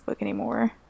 anymore